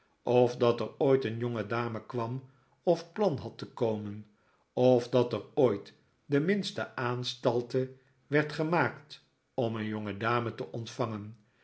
of dat er ooit een jongedame kwam of plan had te komen of dat er ooit de minste aanstalte werd gemaakt om een jongedame te ontvangen